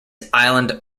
island